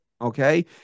okay